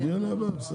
זה לא ידוע מראש.